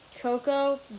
Coco